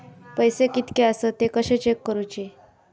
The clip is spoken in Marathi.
पैसे कीतके आसत ते कशे चेक करूचे?